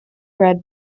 red